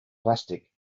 plastic